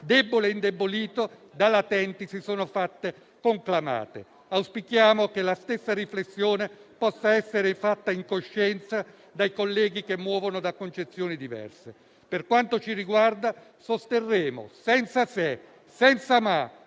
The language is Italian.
debole e indebolito, da latenti si sono fatte conclamate. Auspichiamo che la stessa riflessione possa essere fatta in coscienza dai colleghi che muovono da concezioni diverse. Per quanto ci riguarda sosterremo senza se, senza ma,